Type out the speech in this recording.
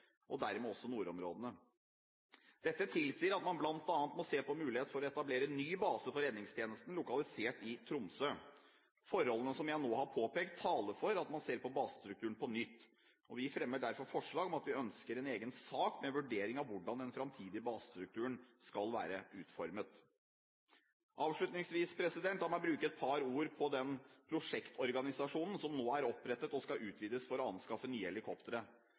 og dermed også nordområdene. Dette tilsier at man bl.a. må se på mulighet for å etablere ny base for redningstjenesten lokalisert i Tromsø. Forholdene som jeg nå har påpekt, taler for at man ser på basestrukturen på nytt. Vi fremmer derfor forslag om at vi ønsker en egen sak med vurdering av hvordan den fremtidige basestrukturen skal være utformet. La meg avslutningsvis bruke et par ord på den prosjektorganisasjonen som nå er opprettet, og skal utvides for å anskaffe